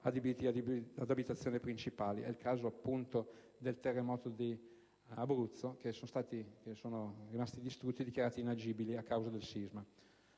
ad abitazione principale - è il caso, appunto, del terremoto in Abruzzo - distrutti o dichiarati inagibili a causa del sisma.